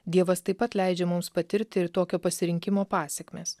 dievas taip pat leidžia mums patirti ir tokio pasirinkimo pasekmes